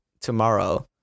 tomorrow